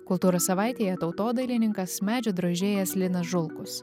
kultūros savaitėje tautodailininkas medžio drožėjas linas žulkus